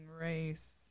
Race